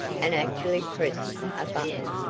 and actually pressed a button.